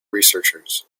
researchers